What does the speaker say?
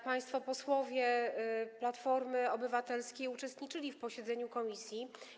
Państwo posłowie Platformy Obywatelskiej uczestniczyli w posiedzeniu komisji.